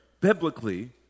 biblically